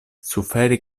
suferi